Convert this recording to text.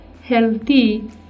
Healthy